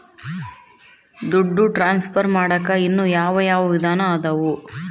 ದುಡ್ಡು ಟ್ರಾನ್ಸ್ಫರ್ ಮಾಡಾಕ ಇನ್ನೂ ಯಾವ ಯಾವ ವಿಧಾನ ಅದವು?